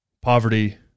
Poverty